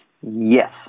Yes